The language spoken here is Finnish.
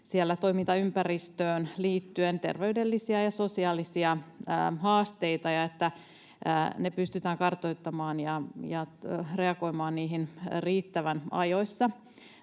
toimintaympäristöön liittyen — terveydellisiä ja sosiaalisia haasteita — ja että ne pystytään kartoittamaan ja reagoimaan niihin riittävän ajoissa.